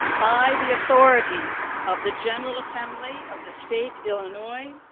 by the authority of the general assembly, of the state illinois,